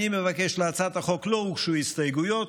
להצעת החוק לא הוגשו הסתייגויות.